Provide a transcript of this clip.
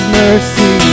mercy